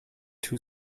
two